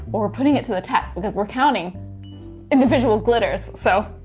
we're putting it to the task cause we're counting individual glitters. so,